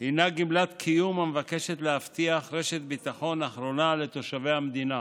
הינה גמלת קיום המבקשת להבטיח רשת ביטחון אחרונה לתושבי המדינה.